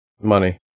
Money